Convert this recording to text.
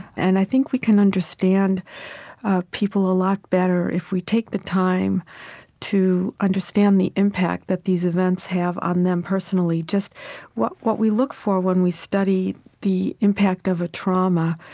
and i think we can understand people a lot better if we take the time to understand the impact that these events have on them personally what what we look for, when we study the impact of a trauma,